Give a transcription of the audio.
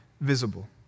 visible